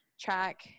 track